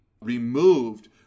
removed